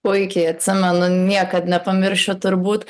puikiai atsimenu niekad nepamiršiu turbūt